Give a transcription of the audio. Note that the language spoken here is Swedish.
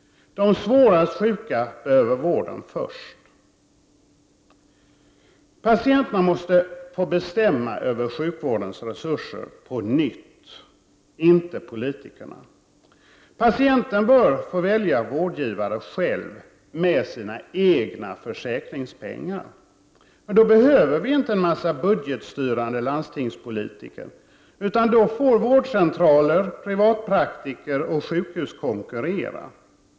De svårast sjuka behöver vården först. Patienterna måste få bestämma över sjukvårdens resurser på nytt, inte politikerna. Patienterna bör få välja vårdgivare själva med sina egna försäkringspengar. Då behöver vi inte en massa budgetstyrande landstingspolitiker, utan då får vårdcentraler, privatpraktiker och sjukhus konkurrera.